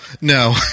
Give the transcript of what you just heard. no